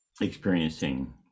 experiencing